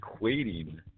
equating